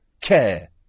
care